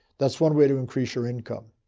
that's one way to increase your income.